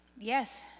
Yes